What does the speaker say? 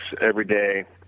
everyday